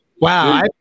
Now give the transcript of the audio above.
wow